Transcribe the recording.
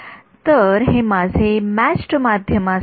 तर हे माझे मॅचड् माध्यमासाठी आहे